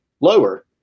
lower